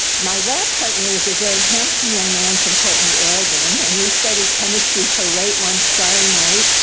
my lab partner was a very handsome young man from portland, oregon, and we studied chemistry till late one starry night,